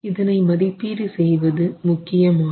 இதனை மதிப்பீடு செய்வது முக்கியம் ஆகும்